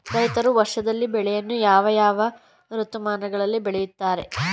ರೈತರು ವರ್ಷದಲ್ಲಿ ಬೆಳೆಯನ್ನು ಯಾವ ಯಾವ ಋತುಮಾನಗಳಲ್ಲಿ ಬೆಳೆಯುತ್ತಾರೆ?